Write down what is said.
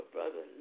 Brother